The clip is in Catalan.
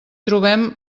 trobem